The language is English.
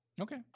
Okay